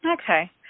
Okay